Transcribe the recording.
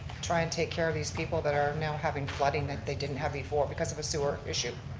try and take care of these people that are now having flooding that they didn't have before because of a sewer issue.